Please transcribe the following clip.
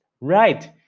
Right